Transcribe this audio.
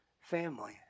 family